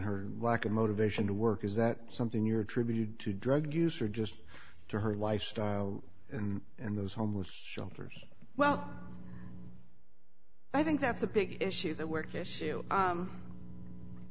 her lack of motivation to work is that something you're attributing to drug use or just to her lifestyle and and those homeless shelters well i think that's a big issue that work issue